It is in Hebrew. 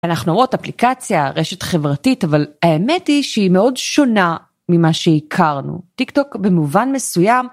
אנחנו רואות אפליקציה, רשת חברתית, אבל האמת היא שהיא מאוד שונה ממה שהכרנו. טיק טוק במובן מסוים.